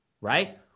right